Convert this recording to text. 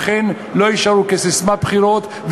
אכן לא יישארו כססמת בחירות,